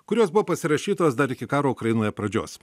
kurios buvo pasirašytos dar iki karo ukrainoje pradžios